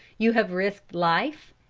you have risked life,